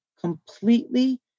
completely